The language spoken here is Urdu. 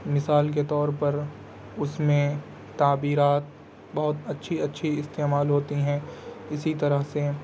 مثال کے طور پر اس میں تعبیرات بہت اچھی اچھی استعمال ہوتی ہیں اسی طرح سے